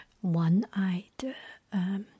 one-eyed